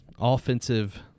offensive